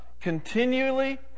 continually